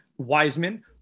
Wiseman